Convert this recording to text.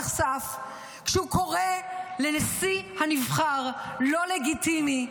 נחשף כשהוא קורא לנשיא הנבחר "לא לגיטימי",